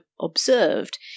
observed